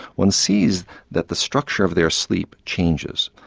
one sees that the structure of their sleep changes,